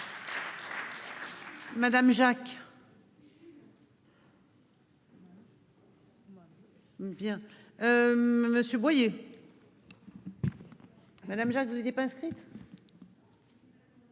Madame Jacques. Bien. Monsieur Boyer. Madame Jacques, vous étiez pas inscrite.